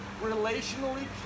relationally